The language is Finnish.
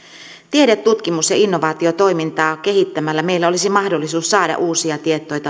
tiede tutkimus ja innovaatiotoimintaa kehittämällä meillä olisi mahdollisuus saada uusia